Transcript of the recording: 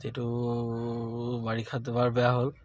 টিটো বাৰিষাত এইবাৰ বেয়া হ'ল